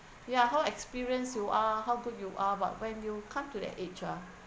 ya how experience you are how good you are but when you come to that age ah